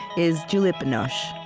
is juliette binoche.